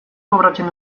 kobratzen